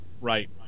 Right